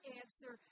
answer